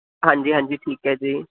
ਹਾਂਜੀ ਹਾਂਜੀ ਠੀਕ ਹੈ ਜੀ